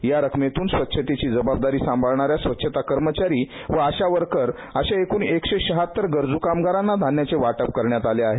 या रक्कमेतून स्वच्छतेची जवाबदारी साभांळणाऱ्या स्वच्छता कर्मचारी व आश्या वर्कर अशा एकूण एकशे शहात्तर गरजू कामगारांना अन्नधान्याचे वाटप करण्यात आले आहे